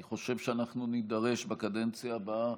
אני חושב שאנחנו נידרש בקדנציה הבאה